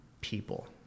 people